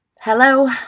Hello